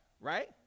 right